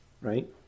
right